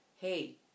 Hey